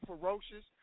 Ferocious